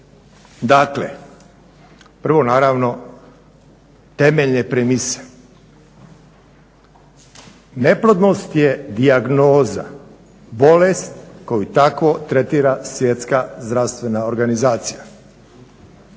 Dakle, prvo naravno temeljne premise. Neplodnost je dijagnoza, bolest koju tako tretira Svjetska zdravstvena organizacija.